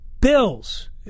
Bills